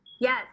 Yes